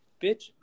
bitch